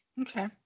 Okay